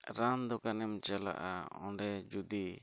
ᱨᱟᱱ ᱫᱚᱠᱟᱱᱮᱢ ᱪᱟᱞᱟᱜᱼᱟ ᱚᱸᱰᱮ ᱡᱩᱫᱤ